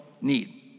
need